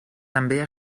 també